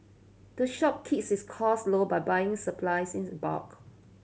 the shop its costs low by buying its supplies in bulk